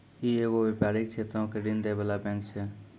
इ एगो व्यपारिक क्षेत्रो के ऋण दै बाला बैंक छै